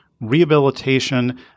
Rehabilitation